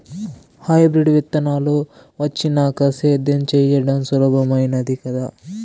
hybrid విత్తనాలు వచ్చినాక సేద్యం చెయ్యడం సులభామైనాది కదా